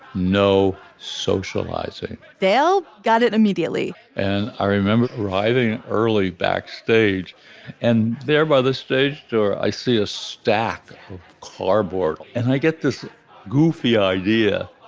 no socializing. dale got it immediately. and i remember arriving early backstage and they're by the stage door. i see a stack of cardboard and i get this goofy idea.